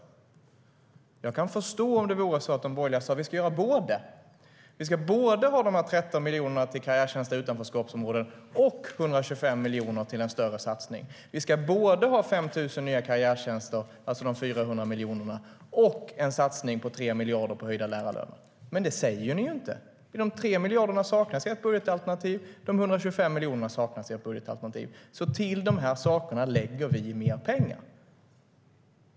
Till dessa saker lägger vi alltså mer pengar.